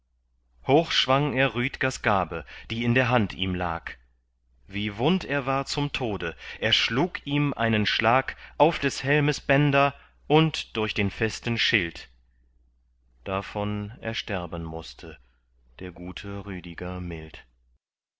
schwang er rüdgers gabe die in der hand ihm lag wie wund er war zum tode er schlug ihm einen schlag auf des helmes bänder und durch den festen schild davon ersterben mußte der gute rüdiger mild